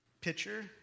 pitcher